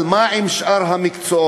אבל מה עם שאר המקצועות?